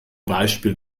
beispiel